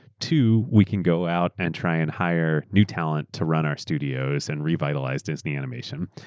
two, we can go out and try and hire new talent to run our studios and revitalize disney animation.